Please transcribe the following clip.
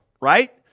Right